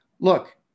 look